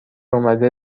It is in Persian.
اومده